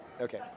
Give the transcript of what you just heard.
Okay